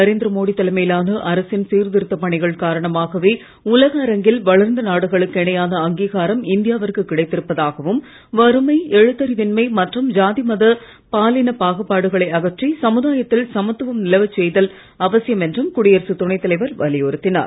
நரேந்திரமோடி தலைமையிலான அரசின் சீர்த்திருத்த பணிகள் காரணமாகவே உலக அரங்கில் வளர்ந்த நாடுகளுக்கு கிடைத்திருப்பதாகவும் வறுமை எழுத்தறிவின்மை மற்றும் ஜாதி மத பாலினப் பாகுபாடுகளை அகற்றி சமுதாயத்தில் சமத்துவம் நிலவச் செய்தல் அவசியம் என்றும் குடியரசுத் துணைத் தலைவர் வலியுறுத்தினார்